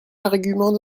l’argument